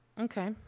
Okay